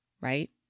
right